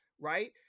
right